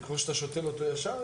וכמו שאתה שותל אותו ישר,